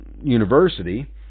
University